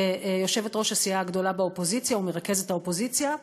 כיושבת-ראש הסיעה הגדולה באופוזיציה ומרכזת האופוזיציה,